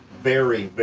very,